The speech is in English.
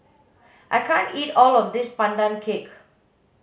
I can't eat all of this pandan cake